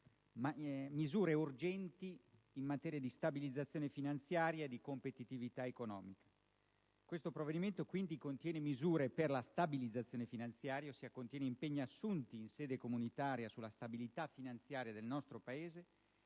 «Misure urgenti in materia di stabilizzazione finanziaria e di competitività economica». Questo provvedimento contiene quindi misure per la stabilizzazione finanziaria - ossia contiene impegni assunti in sede comunitaria sulla stabilità finanziaria del nostro Paese